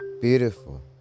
Beautiful